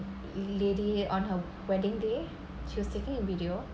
lady on her wedding day she was taking a video